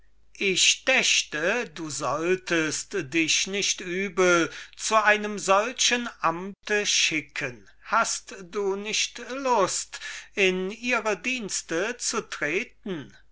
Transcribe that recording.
mich daucht du würdest dich nicht übel zu einem solchen amte schicken hast du nicht lust in ihre dienste zu treten